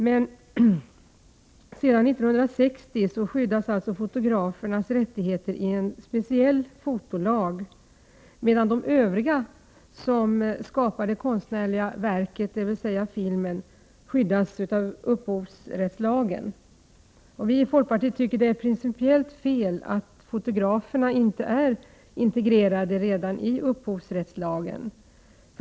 Men sedan 1960 skyddas alltså fotografernas rättigheter i en speciell fotolag, medan de övriga som skapar det konstnärliga verket, dvs. filmen, skyddas av upphovsrättslagen. Vi i folkpartiet tycker att det är principiellt fel att fotograferna inte redan är integrerade i upphovsrättslagen.